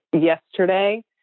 yesterday